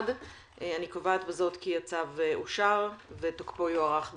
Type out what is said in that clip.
1 צו לקביעת תקופת חירום לפי חוק הארכת תקופות וקיום דיונים בהיוועדות